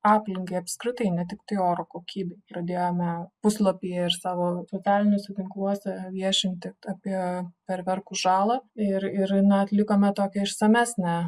aplinkai apskritai ne tiktai oro kokybei pradėjome puslapyje ir savo socialiniuose tinkluose viešinti apie fejerverkų žalą ir ir na atlikome tokią išsamesnę